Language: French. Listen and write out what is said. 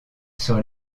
sur